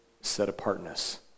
set-apartness